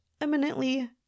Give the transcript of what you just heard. eminently